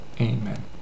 Amen